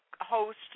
host